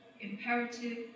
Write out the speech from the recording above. imperative